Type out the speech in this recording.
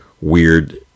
weird